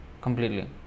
completely